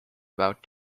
about